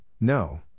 no